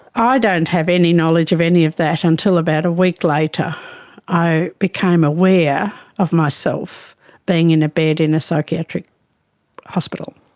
i don't have any knowledge of any of that until about a week later i became aware of myself being in a bed in a psychiatric hospital.